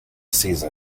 season